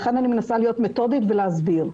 לכן אני מנסה להיות מתודית ולהסביר.